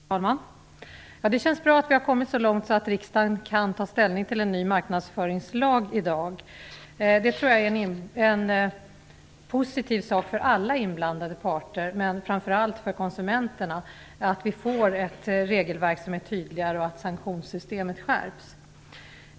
Fru talman! Det känns bra att vi har kommit så långt att riksdagen i dag kan ta ställning till en ny marknadsföringslag. Jag tror att det är en positiv sak för alla inblandade parter, men framför allt för konsumenterna, att vi får ett regelverk som är tydligare och att sanktionssystemet skärps.